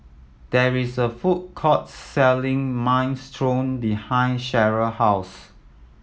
there is a food court selling Minestrone behind Cheryll house